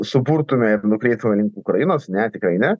suburtume ir nukreiptume link ukrainos ne tikrai ne